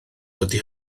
dydy